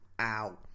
Ow